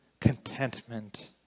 contentment